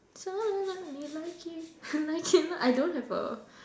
sound like me likely me likely like I don't have a